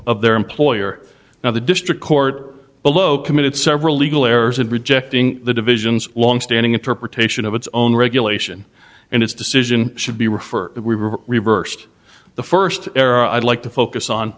of their employer now the district court below committed several legal errors in rejecting the division's longstanding interpretation of its own regulation and its decision should be referred if we were reversed the first era i'd like to focus on